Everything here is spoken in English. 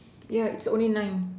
ya it's only nine